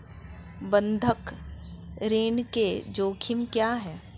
बंधक ऋण के जोखिम क्या हैं?